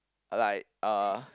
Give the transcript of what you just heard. like uh